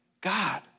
God